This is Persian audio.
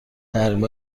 تحریم